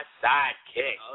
sidekick